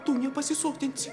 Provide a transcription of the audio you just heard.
tu nepasisotinsi